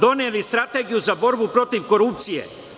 Doneli Strategiju za borbu protiv korupcije.